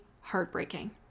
heartbreaking